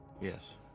Yes